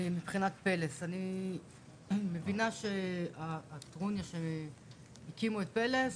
מבחינת "פלס" אני מבינה שהטרוניה שהקימו את "פלס",